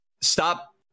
stop